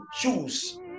choose